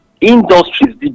industries